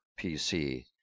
PC